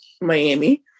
Miami